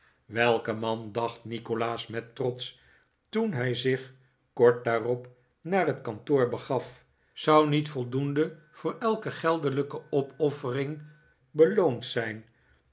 welke man dacht nikolaas met trots toen hij zich kort daarop naar het kantoor begaf zou niet voldoende voor elke geldelijke opoffering beloond zijn